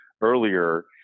earlier